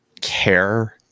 care